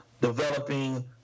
developing